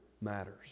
matters